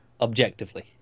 Objectively